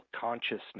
consciousness